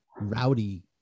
Rowdy